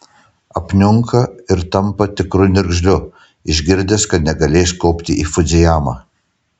apniunka ir tampa tikru niurzgliu išgirdęs kad negalės kopti į fudzijamą